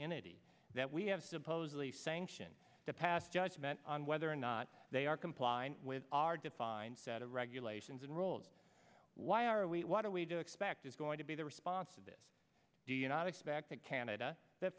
eighty that we have supposedly sanction to pass judgment on whether or not they are compliant with our defined set of regulations and rules why are we why do we do expect is going to be the response to this do you not expect that canada that